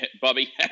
Bobby